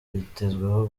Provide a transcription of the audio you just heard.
byitezweho